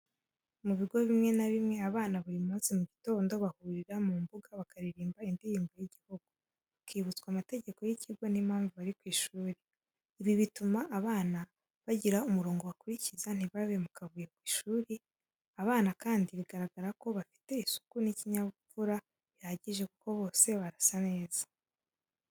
Mu ibigo bimwe na bimwe abana buri munsi mugitondo bahurira mu imbuga bakaririmba indirimbo y'igihugo, bakibutswa amategeko y'ikigo n'impamvu bari ku ishuri, ibi bituma abana bagira umurongo bakurikiza ntibabe mu akavuyo ku ishuri, abana kandi bigaragara ko bafite isuku n'ikinyabupfura bihagije kuko bose barasa neza.